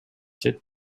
чет